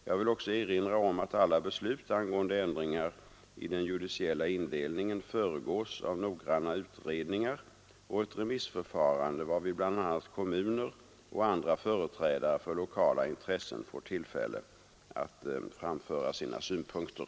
Jag vill också erinra om att alla beslut angående ändringar i den judiciella indelningen föregås av noggranna utredningar och ett remissförfarande, varvid bl.a. kommuner och andra företrädare för lokala intressen får tillfälle framföra sina synpunkter.